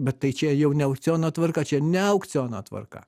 bet tai čia jau ne aukciono tvarka čia ne aukciono tvarka